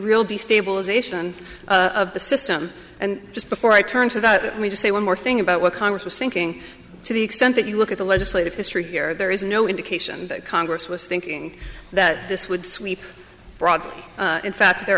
real destabilization of the system and just before i turn to that i may just say one more thing about what congress was thinking to the extent that you look at the legislative history here there is no indication that congress was thinking that this would sweep broadly in fact there